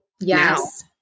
Yes